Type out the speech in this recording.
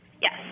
Yes